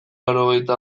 laurogeita